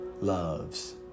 loves